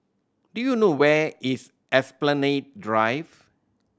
do you know where is Esplanade Drive